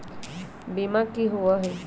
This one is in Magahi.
बीमा की होअ हई?